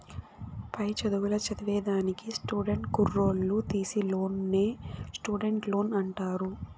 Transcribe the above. పై చదువులు చదివేదానికి స్టూడెంట్ కుర్రోల్లు తీసీ లోన్నే స్టూడెంట్ లోన్ అంటారు